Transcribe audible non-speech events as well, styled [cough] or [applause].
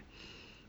[breath]